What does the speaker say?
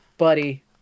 buddy